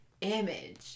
image